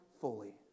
fully